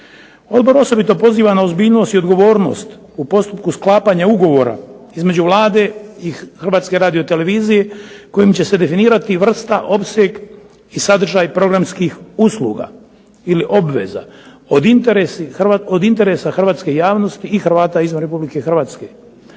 Odbor osobito poziva na ozbiljnost i odgovornost u postupku sklapanja ugovora između Vlade i Hrvatske radiotelevizije kojom će se definirati, vrsta opseg, sadržaj programskih usluga ili obveza, od interesa Hrvatske javnosti i Hrvata izvan Republike Hrvatske.